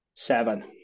Seven